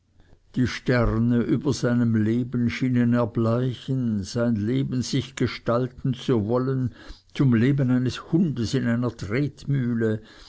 die sterne über seinem leben schienen erbleichen sein leben sich gestalten zu wollen zum leben eines hundes in einer tretmühle